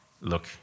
look